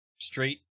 Straight